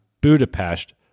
Budapest